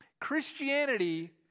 Christianity